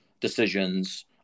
decisions